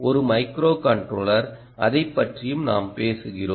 ஒரு மைக்ரோகண்ட்ரோலர் அதைப் பற்றியும் நாம் பேசுகிறோம்